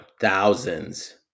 thousands